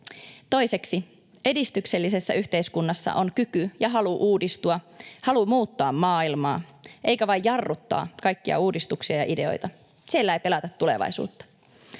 Toiseksi edistyksellisessä yhteiskunnassa on kyky ja halu uudistua, halu muuttaa maailmaa eikä vain jarruttaa kaikkia uudistuksia ja ideoita — siellä ei pelätä tulevaisuutta.